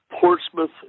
Portsmouth